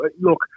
look